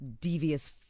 devious